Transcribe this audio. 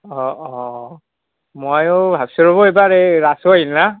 অঁ অঁ ময়ো আছোঁ ৰ'ব এইবাৰ ৰাসো আহিল না